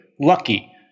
Lucky